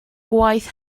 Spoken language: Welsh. gwaith